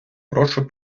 прошу